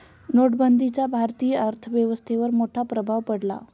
नोटबंदीचा भारतीय अर्थव्यवस्थेवर मोठा प्रभाव पडला